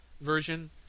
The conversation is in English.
version